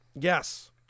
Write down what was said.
Yes